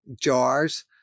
jars